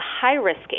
high-risk